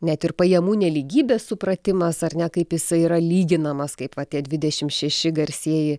net ir pajamų nelygybės supratimas ar ne kaip jisai yra lyginamas kaip vat tie dvidešim šeši garsieji